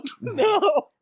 No